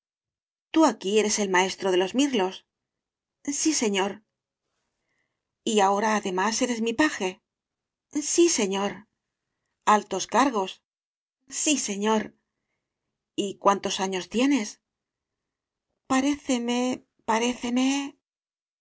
tú aquí eres el maestro de los mirlos sí señor y ahora además eres mi paje sí señor altos cargos sí señor y cuántos años tienes paréceme